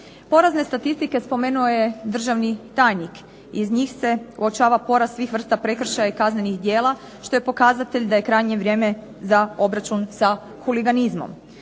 Porazne statistike spomenuo je državni tajnik. Iz njih se uočava porast svih vrsta prekršaja i kaznenih djela što je pokazatelj da je krajnje vrijeme za obračun sa huliganizmom.